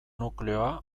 nukleoa